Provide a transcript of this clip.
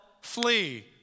flee